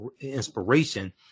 inspiration